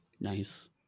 Nice